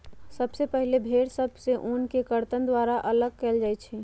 सबसे पहिले भेड़ सभ से ऊन के कर्तन द्वारा अल्लग कएल जाइ छइ